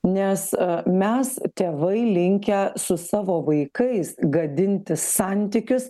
nes mes tėvai linkę su savo vaikais gadinti santykius